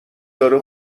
داره